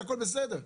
שהכול בסדר,